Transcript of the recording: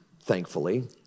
thankfully